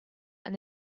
and